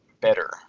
better